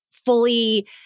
fully